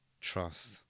Trust